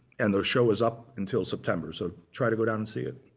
and the show is up until september. so try to go down and see it.